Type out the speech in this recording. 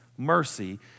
mercy